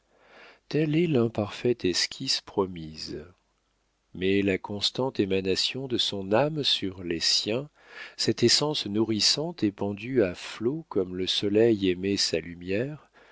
telle est l'imparfaite esquisse promise mais la constante émanation de son âme sur les siens cette essence nourrissante épandue à flots comme le soleil émet sa lumière